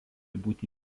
būti